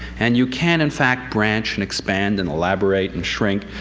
and you can, in fact, branch and expand and elaborate and shrink.